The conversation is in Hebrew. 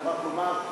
אני מוכרח לומר.